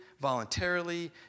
voluntarily